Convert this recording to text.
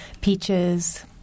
peaches